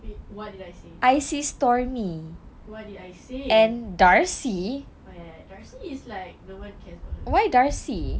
babe what did I say what did I say oh ya ya darcy is like no one